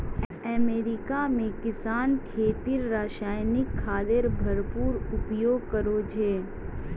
America में किसान खेतीत रासायनिक खादेर भरपूर उपयोग करो छे